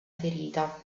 ferita